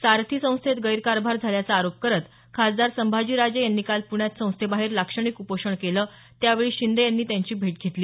सारथी संस्थेत गैरकारभार झाल्याचा आरोप करत खासदार संभाजी राजे यांनी काल पुण्यात संस्थेबाहेर लाक्षणिक उपोषण केलं त्यावेळी शिंदे यांनी त्यांची भेट घेतली